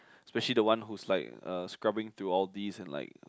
especially the one who's like uh scrubbing through all these and like